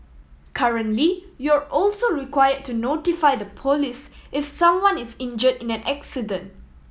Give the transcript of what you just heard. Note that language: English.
currently you're also require to notify the police if someone is injure in an accident